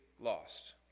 lost